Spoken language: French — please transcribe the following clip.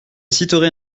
citerai